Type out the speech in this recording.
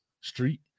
Street